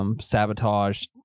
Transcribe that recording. Sabotage